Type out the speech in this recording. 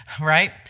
right